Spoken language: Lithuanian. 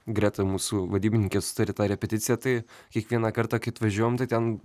greta mūsų vadybininkė sutaria tą repeticiją tai kiekvieną kartą kai atvažiuojam tai ten